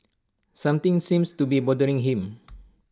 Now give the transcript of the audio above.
something seems to be bothering him